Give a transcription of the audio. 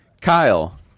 Kyle